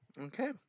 okay